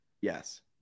Yes